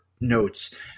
notes